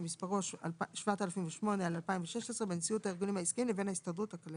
שמספרו בפנקס ההסכמים הקיבוציים